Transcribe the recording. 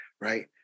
right